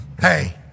hey